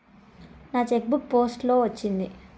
నా cheque book post లో వచ్చింది